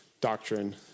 doctrine